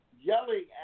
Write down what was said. yelling